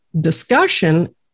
discussion